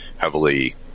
heavily